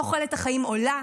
תוחלת החיים עולה,